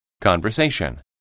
Conversation